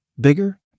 bigger